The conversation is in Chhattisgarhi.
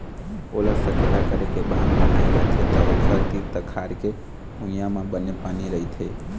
ओला सकेला करके बांध बनाए जाथे त ओखर तीर तखार के भुइंया म बने पानी रहिथे